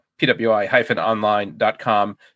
pwi-online.com